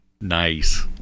Nice